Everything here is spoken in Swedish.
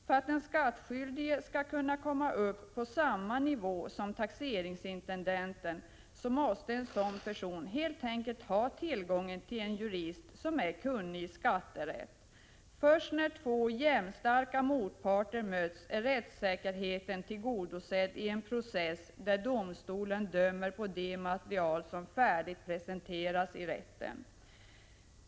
För att den skattskyldige skall kunna komma upp på samma nivå som taxeringsintendenten måste en sådan person helt enkelt ha tillgång till en jurist som är kunnig i skatterätt. Först när två jämnstarka motparter möts är rättssäkerheten tillgodosedd i en process, där domstolen dömer utifrån det material som färdigt presenteras i rätten.